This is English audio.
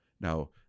Now